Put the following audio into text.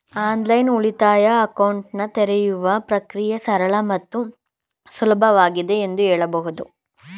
online ಉಳಿತಾಯ ಅಕೌಂಟನ್ನ ತೆರೆಯುವ ಪ್ರಕ್ರಿಯೆ ಸರಳ ಮತ್ತು ಸುಲಭವಾಗಿದೆ ಎಂದು ಹೇಳಬಹುದು